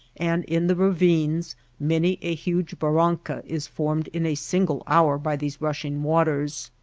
and in the ravines many a huge barranca is formed in a single hour by these rushing waters.